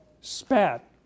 spat